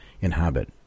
inhabit